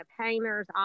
painters